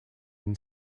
been